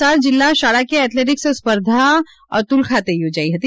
વલસાડ જિલ્લા શાળાકીય એથ્લેટીક્સ સ્પર્ધા અતુલ ખાતે યોજાઈ હતી